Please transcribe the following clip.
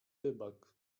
rybak